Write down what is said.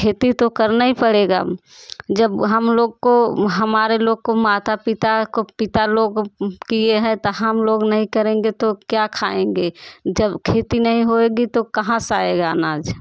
खेती तो करना ही पड़ेगा जब हम लोग को हमारे लोग को माता पिता को पिता लोग किए हैं तो हम लोग नहीं करेंगे तो क्या खाएँगे जब खेती नहीं होएगी तो कहाँ से आएगा अनाज